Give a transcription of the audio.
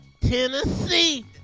Tennessee